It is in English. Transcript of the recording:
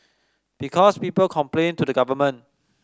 because people complain to the government